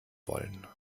wollen